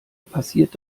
passiert